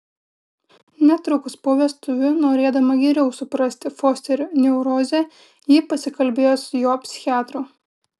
netrukus po vestuvių norėdama geriau suprasti fosterio neurozę ji pasikalbėjo su jo psichiatru